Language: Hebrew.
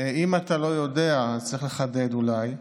אם אתה לא יודע, אז צריך לחדד, אולי,